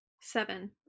Seven